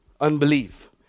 Unbelief